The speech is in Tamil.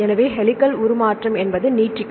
எனவே ஹெலிக்ஸ் உருமாற்றம் என்பது நீட்டிக்கும்